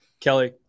Kelly